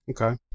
Okay